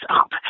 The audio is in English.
up